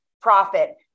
profit